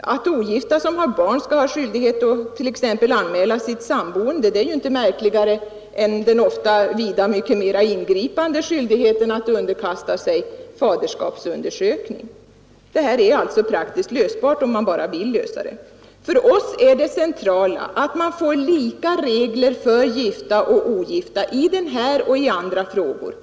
Att ogifta som har barn skall vara skyldiga att t.ex. anmäla sitt samboende är inte märkligare än den ofta vida mer ingripande skyldigheten att underkasta sig faderskapsundersökning. För oss är det centrala att man får lika regler för gifta och ogifta i denna och i andra frågor.